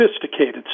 sophisticated